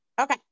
Okay